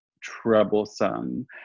troublesome